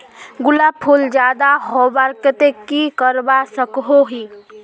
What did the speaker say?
गुलाब फूल ज्यादा होबार केते की करवा सकोहो ही?